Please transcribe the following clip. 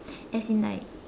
as in like